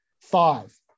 Five